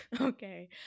okay